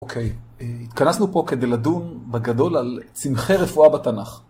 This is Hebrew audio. אוקיי, התכנסנו פה כדי לדון בגדול על צמחי רפואה בתנ״ך.